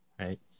right